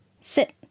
Sit